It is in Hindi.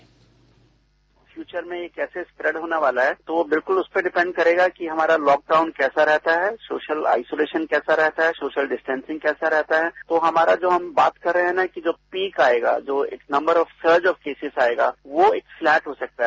बाईट फ्यूचर में ये कैसे स्प्रिंड होने वाला है तो वो बिल्कुल उसपे डिपेंट करेगा कि हमारा लॉकडाउन कैस रहता है सोशल आइसोलेशन कैसा रहता है सोशल डिस्टेंसिंग कैसा रहता है और हमारा जो हम बात कर रहे हैं कि जो एक पीक आएगा जो नम्बर ऑफ सर्जर केसेस आएगा वो एक फ्लैट हो सकता है